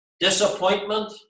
Disappointment